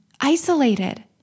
isolated